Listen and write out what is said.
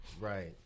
Right